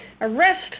arrest